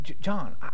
John